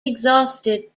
exhausted